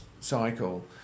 cycle